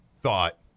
thought